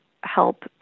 help